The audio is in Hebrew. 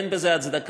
אין בזה הצדקה.